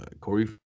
Corey